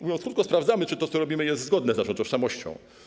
Mówiąc krótko, sprawdzamy, czy to, co robimy, jest zgodne z naszą tożsamością.